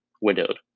widowed